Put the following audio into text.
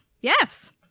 yes